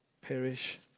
perish